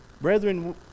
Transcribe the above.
Brethren